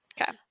Okay